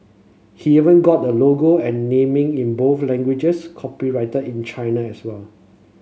he even got the logo and naming in both languages copyrighted in China as well